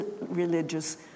religious